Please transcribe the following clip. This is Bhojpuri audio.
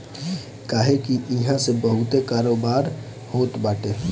काहे से की इहा से बहुते कारोबार होत बाटे